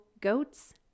goats